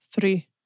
Three